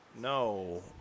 No